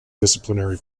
disciplinary